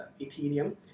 Ethereum